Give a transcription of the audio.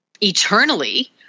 eternally